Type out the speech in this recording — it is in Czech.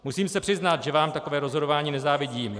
Musím se přiznat, že vám takové rozhodování nezávidím.